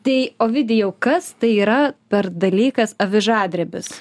tai ovidijau kas tai yra per dalykas avižadrebis